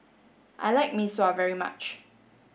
I like Mee Sua very much